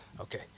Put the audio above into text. Okay